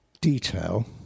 detail